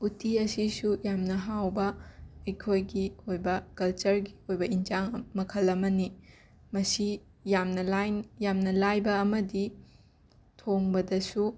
ꯎꯠꯇꯤ ꯑꯁꯤꯁꯨ ꯌꯥꯝꯅ ꯍꯥꯎꯕ ꯑꯩꯈꯣꯏꯒꯤ ꯑꯣꯏꯕ ꯀꯜꯆꯔꯒꯤ ꯑꯣꯏꯕ ꯏꯟꯖꯥꯡ ꯃꯈꯜ ꯑꯃꯅꯤ ꯃꯁꯤ ꯌꯥꯝꯅ ꯂꯥꯏ ꯌꯥꯝꯅ ꯂꯥꯏꯕ ꯑꯃꯗꯤ ꯊꯣꯡꯕꯗꯁꯨ